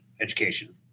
education